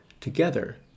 Together